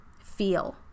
feel